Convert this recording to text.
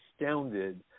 astounded